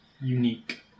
unique